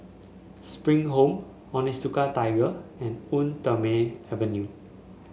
Spring Home Onitsuka Tiger and Eau Thermale Avene